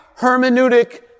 hermeneutic